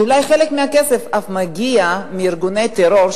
שאולי חלק מהכסף אף מגיע מארגוני טרור,